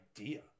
idea